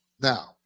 Now